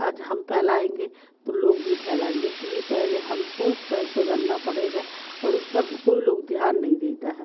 आज हम फैलाएँगे तो लोग भी फैलाएँगे इसलिए पहले हमको सुधरना पड़ेगा और इस पर लोग ध्यान नहीं देता है